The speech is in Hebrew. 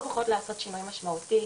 או בוחרות לעשות שינוי משמעותי,